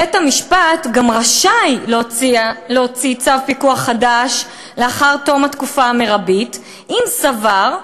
בית-המשפט גם רשאי להוציא צו פיקוח חדש לאחר תום התקופה המרבית אם סבר,